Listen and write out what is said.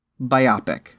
biopic